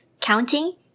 Counting